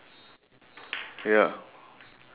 table okay sure me too